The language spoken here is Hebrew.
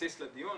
כבסיס לדיון